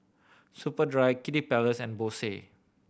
Superdry Kiddy Palace and Bose